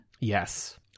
Yes